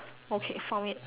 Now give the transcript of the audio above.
okay found it